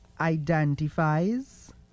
Identifies